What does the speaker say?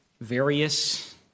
various